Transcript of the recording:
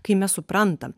kai mes suprantam